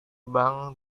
bank